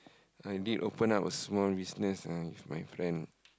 I did open up a small business ah with my friend